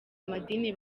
amadini